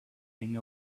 thing